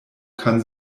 kann